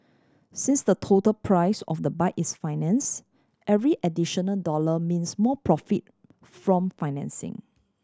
since the total price of the bike is finance every additional dollar means more profit from financing